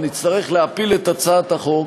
נצטרך להפיל את הצעת החוק,